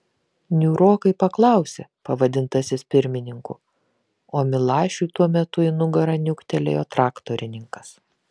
niūrokai paklausė pavadintasis pirmininku o milašiui tuo metu į nugarą niuktelėjo traktorininkas